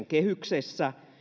kehyksessä